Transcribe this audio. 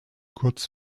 kurz